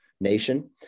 Nation